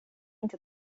inte